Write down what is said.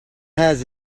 has